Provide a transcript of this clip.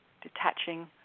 detaching